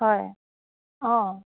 হয় অঁ